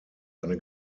eine